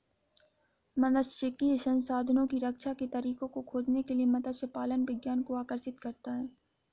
मात्स्यिकी संसाधनों की रक्षा के तरीकों को खोजने के लिए मत्स्य पालन विज्ञान को आकर्षित करता है